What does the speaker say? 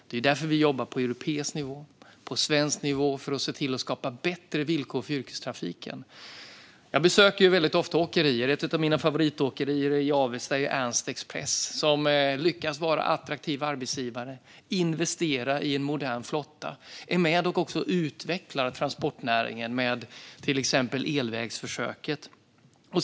Det är därför som vi jobbar på europeisk nivå och på svensk nivå för att se till att skapa bättre villkor för yrkestrafiken. Jag besöker ofta åkerier. Ett av mina favoritåkerier är Ernsts Express i Avesta som lyckas vara en attraktiv arbetsgivare. Man investerar i en modern flotta och är också med och utvecklar transportnäringen med till exempel elvägsförsöket.